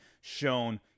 shown